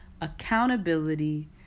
accountability